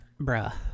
Bruh